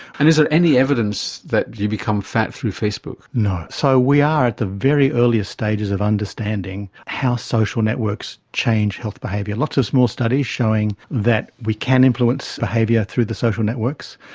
and is there any evidence that you become fat through facebook? no. so we are at the very earliest stages of understanding how social networks change health behaviour, lots of small studies showing that we can influence behaviour through the social networks.